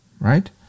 Right